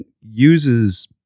uses